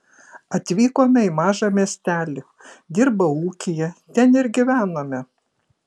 atvykome į mažą miestelį dirbau ūkyje ten ir gyvenome